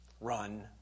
run